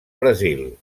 brasil